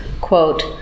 quote